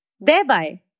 thereby